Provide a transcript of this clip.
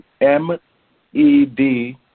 M-E-D